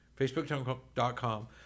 facebook.com